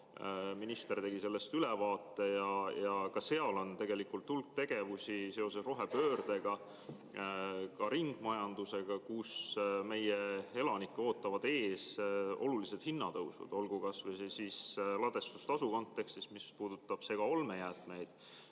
minister tegi sellest ülevaate. Ka seal on hulk tegevusi seoses rohepöördega, ringmajandusega, millega seoses meie elanikke ootavad ees olulised hinnatõusud, olgu kas või ladestustasu kontekstis, mis puudutab segaolmejäätmeid.